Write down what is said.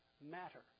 matter